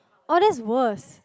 oh that's worse